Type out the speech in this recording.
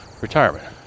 retirement